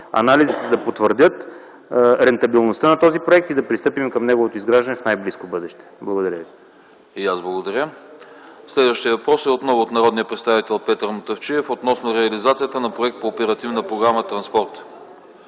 анализите да потвърдят рентабилността на този проект и да пристъпим към неговото изграждане в най-близко бъдеще. Благодаря ви. ПРЕДСЕДАТЕЛ АНАСТАС АНАСТАСОВ: И аз благодаря. Следващият въпрос е отново от народния представител Петър Мутафчиев относно реализацията на проект по Оперативна програма „Транспорт”.